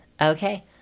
Okay